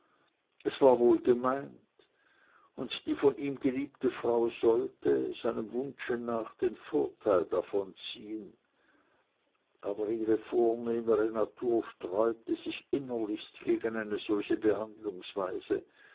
es war wohlgemeint und die von ihm geliebte frau sollte seinem wunsche nach den vorteil davon ziehn aber ihre vornehmere natur sträubte sich innerlichst gegen eine solche behandlungsweise